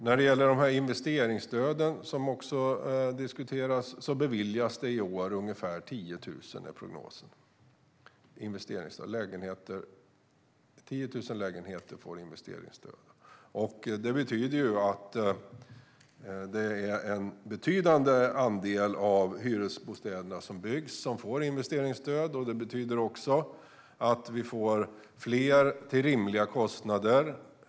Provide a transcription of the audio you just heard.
När det gäller investeringsstöden, som också diskuteras, är prognosen att det i år kommer att beviljas investeringsstöd för ungefär 10 000 lägenheter. Det betyder att det är en betydande andel av de hyresbostäder som byggs som får investeringsstöd. Det betyder också att vi får fler till rimliga kostnader.